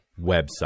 website